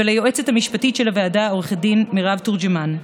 וליועצת המשפטית של הוועדה עו"ד מרב תורג'מן.